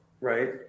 right